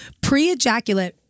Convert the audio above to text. Pre-ejaculate